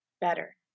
better